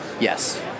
Yes